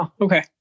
Okay